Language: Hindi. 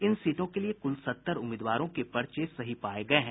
इन सीटों के लिए कुल सत्तर उम्मीदवारों के पर्चे सही पाये गये हैं